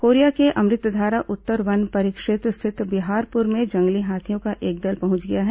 Korea के अमृतधारा उत्तर वन परिक्षेत्र स्थित बिहारपुर में जंगली हाथियों का एक दल पहुंच गया है